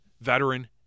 veteran